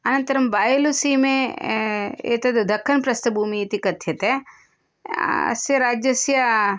अनन्तरं बायलसीमे एतद् दख्खन् प्रस्थभूमि इति कथ्यते अस्य राज्यस्य